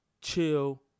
chill